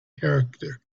character